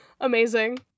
amazing